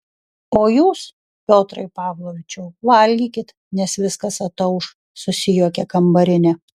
o jūs piotrai pavlovičiau valgykit nes viskas atauš susijuokė kambarinė